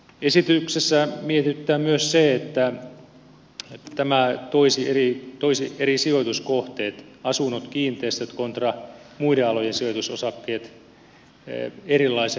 esityksessä mietityttää myös se että tämä toisi eri sijoituskohteet asunnot kiinteistöt kontra muiden alojen sijoitusosakkeet erilaisen kohtelun piiriin